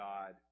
God